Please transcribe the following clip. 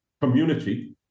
community